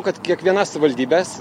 kad kiekviena savivaldybės